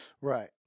Right